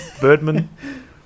birdman